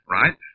right